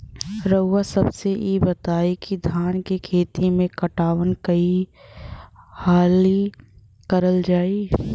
रउवा सभे इ बताईं की धान के खेती में पटवान कई हाली करल जाई?